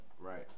Right